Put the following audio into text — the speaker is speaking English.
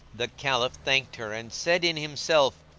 the caliph thanked her and said in himself,